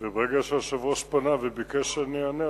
וברגע שהיושב-ראש פנה וביקש שאני אענה,